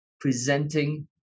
presenting